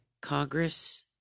Congress